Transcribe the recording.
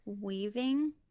weaving